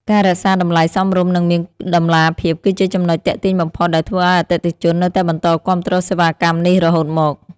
ការរក្សាតម្លៃសមរម្យនិងមានតម្លាភាពគឺជាចំណុចទាក់ទាញបំផុតដែលធ្វើឱ្យអតិថិជននៅតែបន្តគាំទ្រសេវាកម្មនេះរហូតមក។